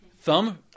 Thumb